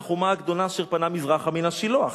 החומה הגדולה אשר פנה מזרחה מן השילוח,